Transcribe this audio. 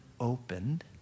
opened